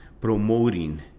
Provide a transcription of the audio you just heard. promoting